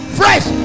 fresh